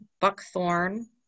buckthorn